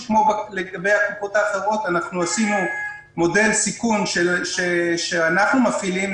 שכמו בקופות אחרות עשינו מודל סיכון שאנחנו מפעילים,